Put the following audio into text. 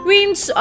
Winds